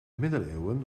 middeleeuwen